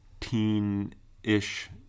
teen-ish